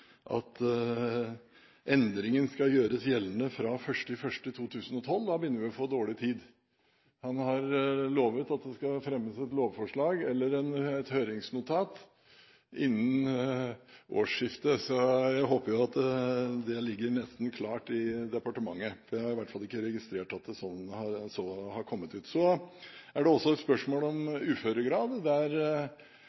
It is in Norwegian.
at endringen skal gjøres gjeldende fra 1. januar 2012. Da begynner vi å få dårlig tid. Han har lovet at det skal fremmes et lovforslag eller et høringsnotat innen årsskiftet, så jeg håper at det ligger nesten klart i departementet, for jeg har i hvert fall ikke registrert at så har kommet ut. Så er det også et spørsmål om